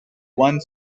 one